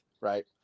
right